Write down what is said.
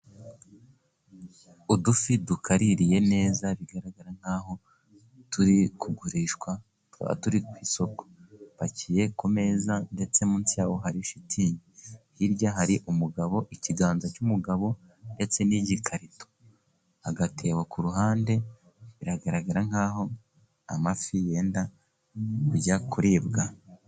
Udufi dukaririye neza, bigaragara nk'aho turi kugurishwa, tuba turi ku isoko. Dupakiye ku meza, ndetse munsi ya ho hari shitingi, hirya hari umugabo, ikiganza cy'umugabo, ndetse n'iigikarito, agatebo ku ruhande, biragaragara nk'aho amafi yenda kujya kuribwa.